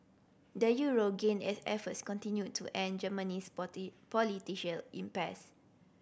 the euro gained as efforts continued to end Germany's impasse